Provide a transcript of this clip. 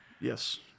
yes